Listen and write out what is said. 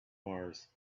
mars